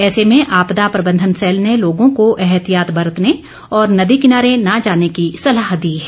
ऐसे में आपदा प्रबंधन सैल ने लोगों को एहतियात बरतने और नदी किनारे न जाने की सलाह दी है